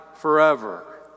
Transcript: Forever